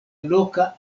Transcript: loka